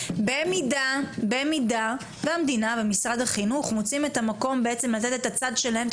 במידה והמדינה ומשרד החינוך מוצאים את המקום בעצם לתת את הצד שלהם,